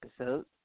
episodes